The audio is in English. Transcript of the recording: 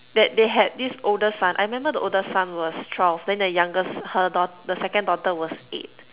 that they had this older son I remember the older son was twelve then the youngest her da~ the second daughter was eight